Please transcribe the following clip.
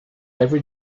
every